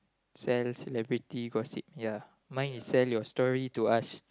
sell celebrity gossip ya mine is share your story to us